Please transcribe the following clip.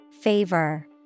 favor